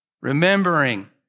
remembering